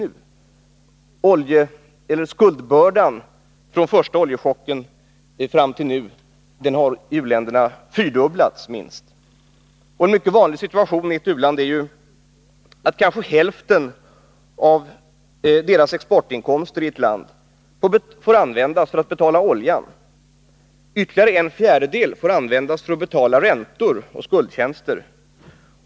U-ländernas skuldbörda från den första oljeprischocken fram till nu har minst fyrdubblats. En mycket vanlig situation i ett u-land är att kanske hälften av landets exportinkomster får användas för att betala oljan. Ytterligare en fjärdedel får användas för att betala räntor och skuldtjänster.